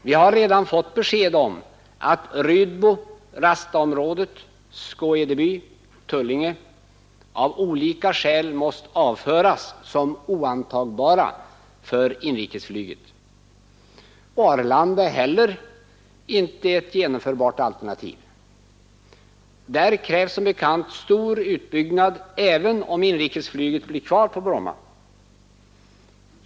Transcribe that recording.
Vi har redan fått besked om att Rydbo, Rastaområdet, Skå-Edeby och Tullinge av olika skäl måst avföras som oantagbara för inrikesflyget. Arlanda är heller inte ett genomförbart alternativ. Där krävs som bekant stor utbyggnad, även om inrikesflyget blir kvar på Bromma.